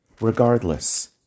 Regardless